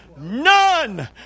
None